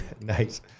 Nice